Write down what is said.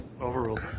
Overruled